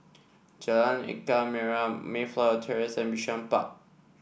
Jalan Ikan Merah Mayflower Terrace and Bishan Park